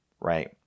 right